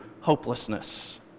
hopelessness